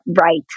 right